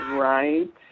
Right